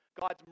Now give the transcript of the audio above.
God's